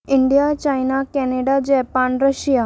India China Canada Japan Russia